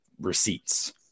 receipts